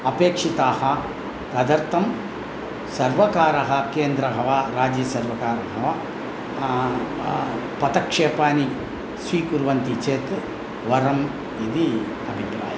अपेक्षिताः तदर्थं सर्वकारः केन्द्रः वा राज्यसर्वकारः वा पदक्षेपाणि स्वीकुर्वन्ति चेत् वरम् इति अभिप्रायः